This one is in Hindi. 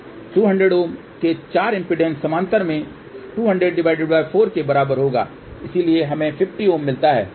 200 Ω के 4 इम्पीडेन्स समानांतर में 2004 के बराबर होगा इसलिए हमें 50Ω मिलता है